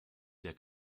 der